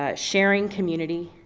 ah sharing community,